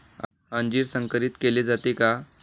अंजीर संकरित केले जाते का?